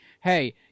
hey